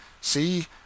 See